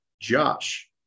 Josh